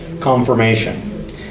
confirmation